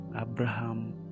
Abraham